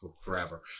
forever